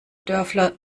dörfler